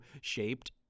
shaped